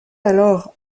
alors